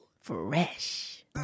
Fresh